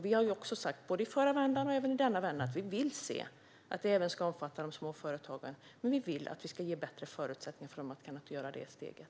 Vi har också sagt, både i förra vändan och i denna vända, att vi vill se att det även ska omfatta de små företagen, men vi vill ge dem bättre förutsättningar att kunna ta steget.